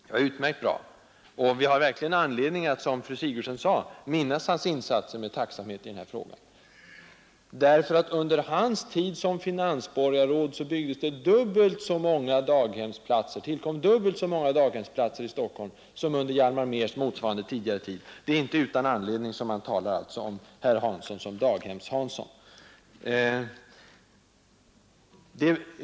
Som fru Sigurdsen själv sade har vi verkligen anledning att minnas hans insatser i denna fråga med tacksamhet. Under hans tid som finansborgarråd tillkom det nämligen dubbelt så många daghemsplatser i Stockholm som under motsvarande tid då Hjalmar Mehr var finansborgarråd. Det är alltså inte utan anledning som man talar om P.-O. Hanson som ”Daghemshanson”.